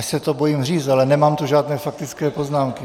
A až se to bojím říct, ale nemám tu žádné faktické poznámky.